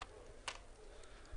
הצבעה אושרו.